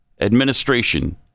administration